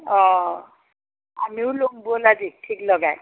অঁ আমিও ল'ম ব'ল আজি ঠিক লগাই